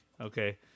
Okay